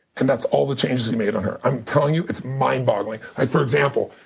and that's all the changes he made on her. i'm telling you it's mind boggling. like for example,